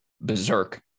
berserk